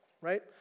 Right